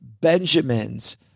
Benjamins